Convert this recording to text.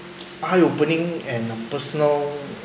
eye opening and a personal